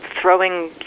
throwing